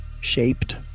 Shaped